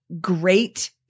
great